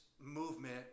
movement